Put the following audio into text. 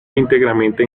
íntegramente